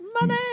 money